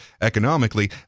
economically